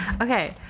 okay